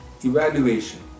evaluation